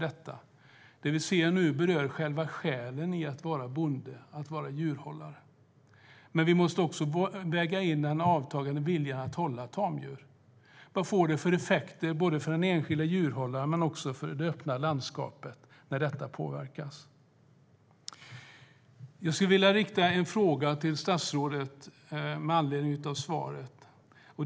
Det vi ser nu berör själva själen i att vara bonde och djurhållare. Men vi måste också väga in en avtagande vilja att hålla tamdjur. Vad får det för effekter för den enskilda djurhållaren och för det öppna landskapet? Jag skulle vilja rikta ett par frågor till statsrådet med anledning av hennes svar.